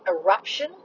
eruption